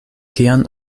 kian